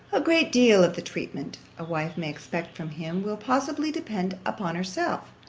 a great deal of the treatment a wife may expect from him, will possibly depend upon herself.